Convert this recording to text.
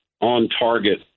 on-target